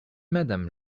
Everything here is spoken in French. madame